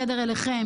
הכנסת: